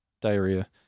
diarrhea